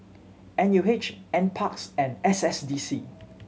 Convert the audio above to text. N U H N Parks and S S D C